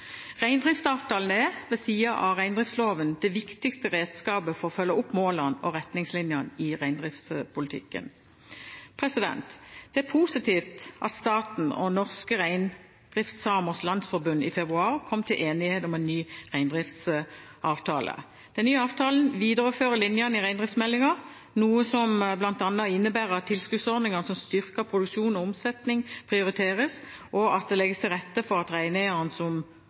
Reindriftsavtalen er, ved siden av reindriftsloven, det viktigste redskapet for å følge opp målene og retningslinjene i reindriftspolitikken. Det er positivt at staten og Norske Reindriftsamers Landsforbund i februar kom til enighet om en ny reindriftsavtale. Den nye avtalen viderefører linjene i reindriftsmeldingen, noe som bl.a. innebærer at tilskuddsordningene som styrker produksjon og omsetning, prioriteres, og at det legges til rette for reineierne som